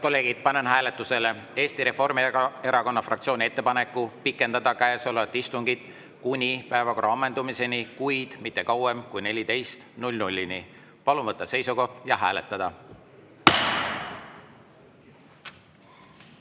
kolleegid, panen hääletusele Eesti Reformierakonna fraktsiooni ettepaneku pikendada käesolevat istungit kuni päevakorra ammendumiseni, kuid mitte kauem kui kella 14‑ni. Palun võtta seisukoht ja hääletada!